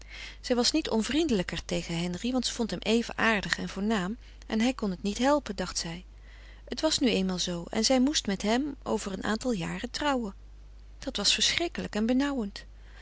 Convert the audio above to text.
zij was niet onvriendelijker tegen henri want ze vond hem even aardig en voornaam en hij kon het niet helpen dacht zij het was nu eenmaal zoo en zij moest met hem over een aantal jaren trouwen dat was verschrikkelijk en benauwend